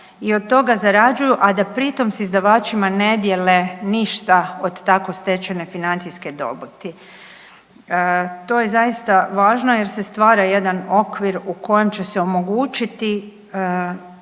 i od toga zarađuju, a da pri tom s izdavačima ne dijele ništa od tako stečene financijske dobiti. To je zaista važno jer se stvara jedan okvir u kojem će se omogućiti